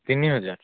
ତିନି ହଜାର